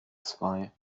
zwei